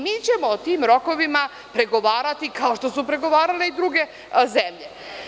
Mi ćemo o tim rokovima pregovarati, kao što su pregovarale i druge zemlje.